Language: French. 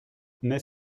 n’est